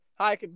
Hi